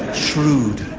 shrewd.